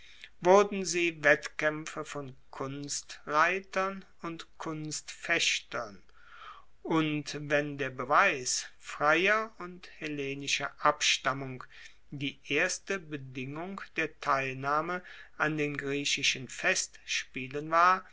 wurden sie wettkaempfe von kunstreitern und kunstfechtern und wenn der beweis freier und hellenischer abstammung die erste bedingung der teilnahme an den griechischen festspielen war